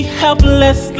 helpless